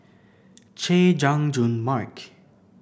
Chay Jung Jun Mark